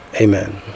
Amen